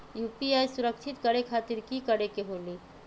UPI सुरक्षित करे खातिर कि करे के होलि?